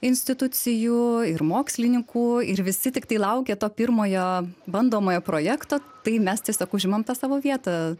institucijų ir mokslininkų ir visi tiktai laukia to pirmojo bandomojo projekto tai mes tiesiog užimam tą savo vietą